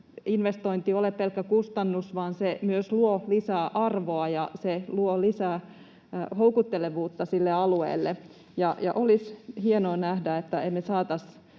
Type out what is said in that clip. investointi ole pelkkä kustannus vaan se myös luo lisää arvoa ja se luo lisää houkuttelevuutta sille alueelle. Olisi hienoa nähdä, että me saataisiin